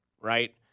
right